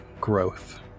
growth